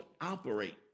operate